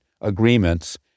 agreements